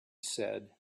said